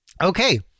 Okay